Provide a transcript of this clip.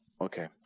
Okay